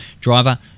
Driver